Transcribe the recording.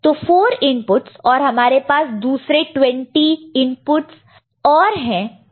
तो 4 इनपुटस और हमारे पास दूसरे 20 इनपुटस है प्लेस करने के लिए